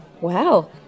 Wow